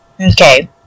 Okay